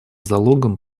залогом